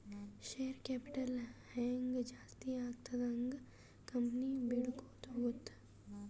share capital ಹ್ಯಾಂಗ್ ಜಾಸ್ತಿ ಆಗ್ತದ ಹಂಗ್ ಕಂಪನಿ ಬೆಳ್ಕೋತ ಹೋಗ್ತದ